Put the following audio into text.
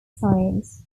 science